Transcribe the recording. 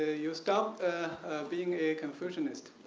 ah you stop being a confucianist,